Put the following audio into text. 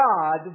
God